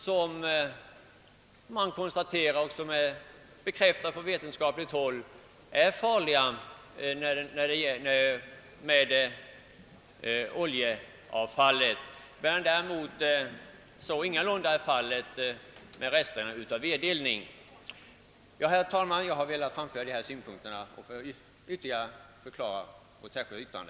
Det har konstaterats och bekräftats på vetenskapligt håll att oljeavfallet är farligt medan så ingalunda är fallet med resterna vid vedeldningen. Herr talman! Jag har velat framföra dessa synpunkter för att ytterligare förklara vårt särskilda yttrande.